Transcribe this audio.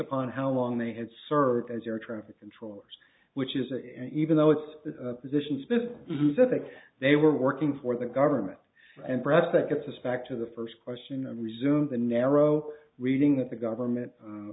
upon how long they had served as air traffic controllers which is a even though it's the positions that said that they were working for the government and breadth that gets us back to the first question i resume the narrow reading that the government u